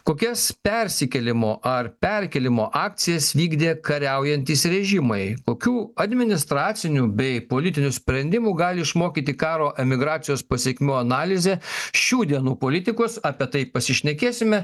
kokias persikėlimo ar perkėlimo akcijas vykdė kariaujantys režimai kokių administracinių bei politinių sprendimų gali išmokyti karo emigracijos pasekmių analizė šių dienų politikus apie tai pasišnekėsime